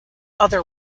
other